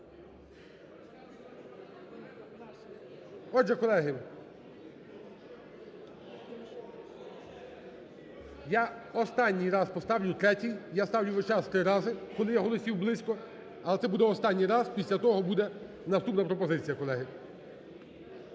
Отже, колеги, я останній раз поставлю, третій, – я ставлю весь час три рази, коли є голосів близько, – але це буде останній раз після того буде наступна пропозиція, колеги.